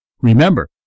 Remember